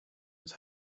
his